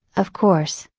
of course,